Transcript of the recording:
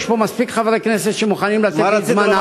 יש פה מספיק חברי כנסת שמוכנים לתת לי את זמנם.